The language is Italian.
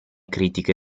critiche